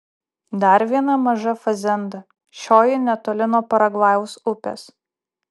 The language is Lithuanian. dar viena maža fazenda šioji netoli nuo paragvajaus upės